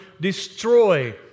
destroy